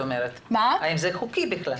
האם זה חוקי בכלל.